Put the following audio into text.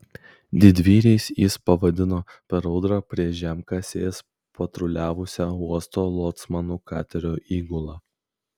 didvyriais jis pavadino per audrą prie žemkasės patruliavusią uosto locmanų katerio įgulą